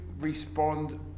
respond